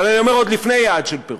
אבל אני אומר, עוד לפני יעד של פירוז,